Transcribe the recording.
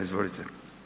Izvolite.